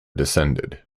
descended